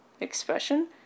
expression